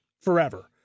forever